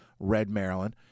redmaryland